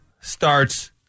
starts